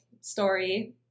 story